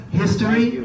history